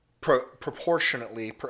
proportionately